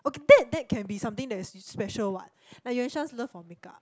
okay that that can be something that is special what like your just love for makeup